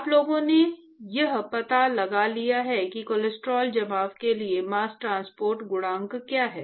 और लोगों ने यह पता लगा लिया है कि कोलेस्ट्रॉल जमाव के लिए मास्स ट्रांसपोर्ट गुणांक क्या है